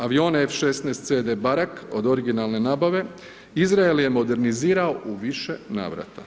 Avione F16 CD Barak od originalne nabave Izrael je modernizirao u više navrata.